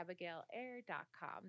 AbigailAir.com